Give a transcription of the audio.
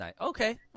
Okay